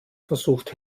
versucht